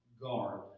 guard